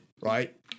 right